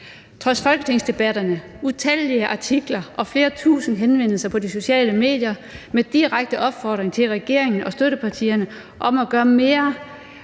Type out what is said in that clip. Trods folketingsdebatterne, utallige artikler og flere tusind henvendelser på de sociale medier med direkte opfordring til regeringen og støttepartierne om at gøre mere